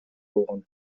болгон